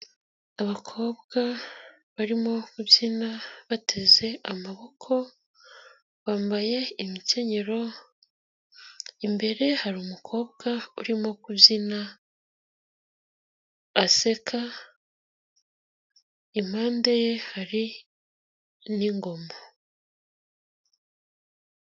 Abakobwa barimo kubyina bateze amaboko, bambaye imikenyero, imbere hari umukobwa urimo kubyina aseka, impande ye hari n'ingoma.